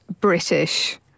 British